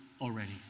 already